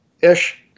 ish